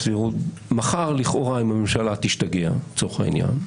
מחר לכאורה אם הממשלה תשתגע לצורך העניין,